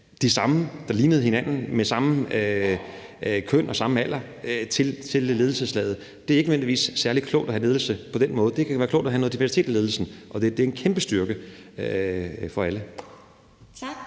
nogle, der lignede hinanden – med samme køn og samme alder – i ledelseslaget. Det er ikke nødvendigvis særlig klogt at have ledelse på den måde. Det kan være klogt at have noget diversitet i ledelsen. Det er en kæmpe styrke for alle. Kl.